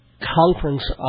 conference